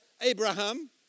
Abraham